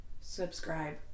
Subscribe